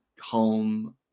home